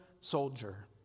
soldier